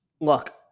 Look